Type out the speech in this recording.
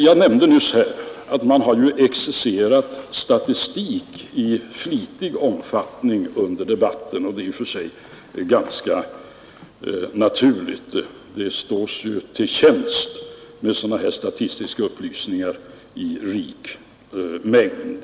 Jag nämnde nyss att man flitigt har exercerat statistik under debatten, och det är i och för sig ganska naturligt, eftersom det ju stås till tjänst med sådana här statistiska upplysningar i riklig mängd.